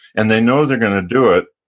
and they know they're going to do it,